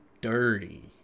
dirty